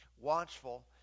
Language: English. watchful